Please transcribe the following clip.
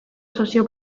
sozio